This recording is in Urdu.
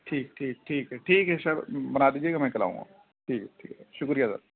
ٹھیک ٹھیک ٹھیک ہے ٹھیک ہے سر بنا دیجیے گا میں کل آؤں گا ٹھیک ہے ٹھیک ہے شکریہ سر